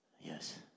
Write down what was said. yes